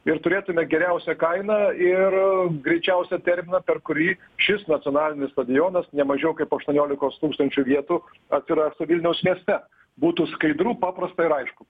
ir turėtume geriausią kainą ir greičiausią terminą per kurį šis nacionalinis stadionas ne mažiau kaip aštuoniolikos tūkstančių vietų atsirastų vilniaus mieste būtų skaidru paprasta ir aišku